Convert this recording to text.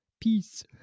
Peace